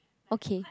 okay